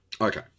Okay